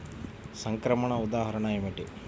సంక్రమణ ఉదాహరణ ఏమిటి?